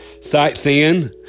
Sightseeing